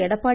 Edappadi